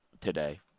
today